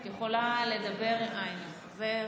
את יכולה לדבר, אה, הינה הוא חוזר.